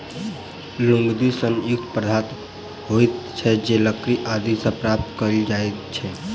लुगदी सन युक्त पदार्थ होइत छै जे लकड़ी आदि सॅ प्राप्त कयल जाइत छै